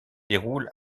déroule